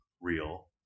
real